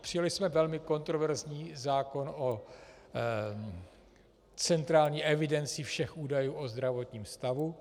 Přijali jsme velmi kontroverzní zákon o centrální evidenci všech údajů o zdravotním stavu.